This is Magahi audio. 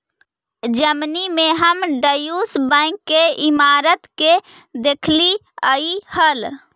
जर्मनी में हम ड्यूश बैंक के इमारत के देखलीअई हल